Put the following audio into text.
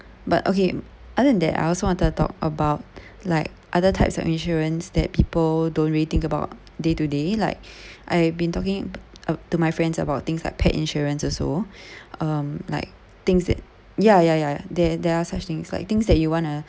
but okay other than that I also wanted to talk about like other types of insurance that people don't really think about day to day like I've been talking to my friends about things like pet insurance also um like things it ya ya ya there there are such things like things that you want to